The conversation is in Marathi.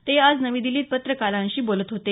ते आज नवी दिल्लीत पत्रकारांशी बोलत होते